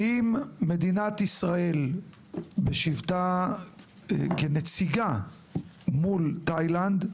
האם מדינת ישראל בשבתה כנציגה מול תאילנד,